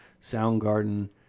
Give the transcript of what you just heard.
Soundgarden